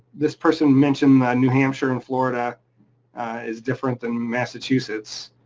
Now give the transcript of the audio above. this person mentioned new hampshire and florida is different than massachusetts.